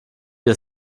ihr